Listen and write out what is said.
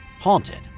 haunted